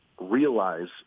realize